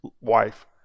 wife